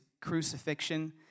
crucifixion